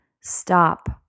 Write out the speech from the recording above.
Stop